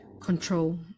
control